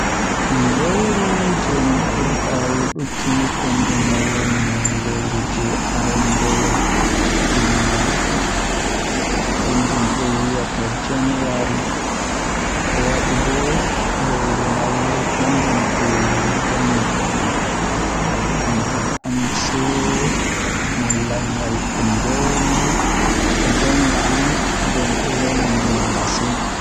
Lewru jei mi burdaa yiduki kanjum woni lewru jei arandewol haa nduubu kanjum be wiyata janwari ko wadi bo lewru nai kanjum be danyi amkanjum on seyo malla nyalande lewru be danyi am den don wela mi masin.